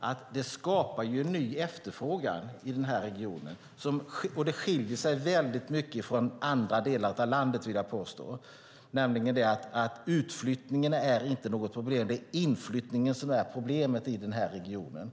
att det skapar ny efterfrågan i den här regionen. Det skiljer sig mycket från andra delar av landet, vill jag påstå. Utflyttningen är inte något problem. Det är inflyttningen som är problemet i den här regionen.